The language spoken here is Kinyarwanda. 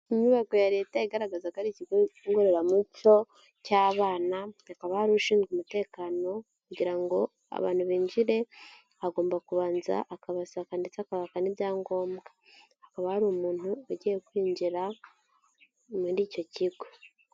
Inyubako ya leta yagaragaza ko ari ikigo ngororamuco cy'abana, Hakaba hari ushinzwe umutekano kugira ngo abantu binjire agomba kubanza akabasaka ndetse akabaka n'ibyangombwa. Hakaba hari umuntu ugiye kwinjira muri icyo kigo.